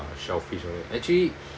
selfish all that actually